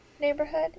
neighborhood